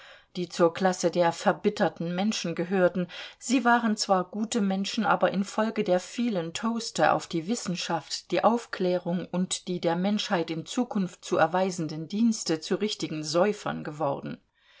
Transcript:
die zur klasse der verbitterten menschen gehörten sie waren zwar gute menschen aber infolge der vielen toaste auf die wissenschaft die aufklärung und die der menschheit in zukunft zu erweisenden dienste zu richtigen säufern geworden